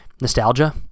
nostalgia